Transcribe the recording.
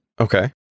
Okay